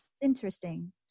interesting